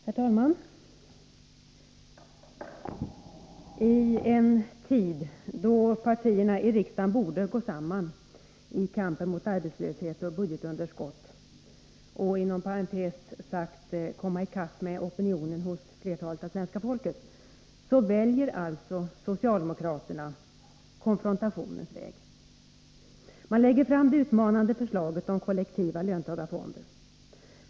Herr talman! I en tid då partierna i riksdagen borde gå samman i kampen mot arbetslöshet och budgetunderskott och, inom parentes sagt, komma i kapp opinionen hos större delen av svenska folket, väljer alltså socialdemokraterna konfrontationens väg. Man lägger fram det utmanande förslaget om kollektiva löntagarfonder.